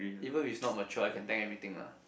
even if it's not mature I can tank everything lah